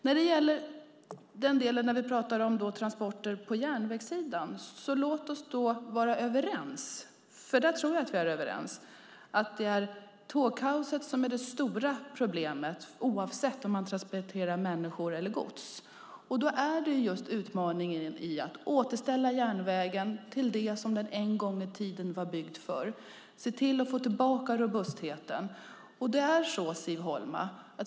När vi pratar om transporter på järnvägssidan tror jag att vi är överens om att det är tågkaoset som är det stora problemet oavsett om man transporterar människor eller gods. Då ligger utmaningen just i att återställa järnvägen till det som den en gång i tiden var byggd för. Man ska se till att få tillbaka robustheten.